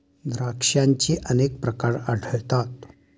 द्राक्षांचे अनेक प्रकार आढळतात